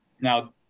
Now